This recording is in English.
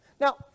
Now